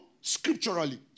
scripturally